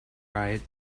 right